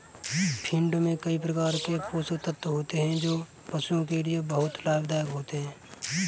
feed में कई प्रकार के पोषक तत्व होते हैं जो पशुओं के लिए बहुत लाभदायक होते हैं